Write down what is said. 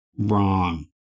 wrong